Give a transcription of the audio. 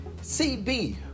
CB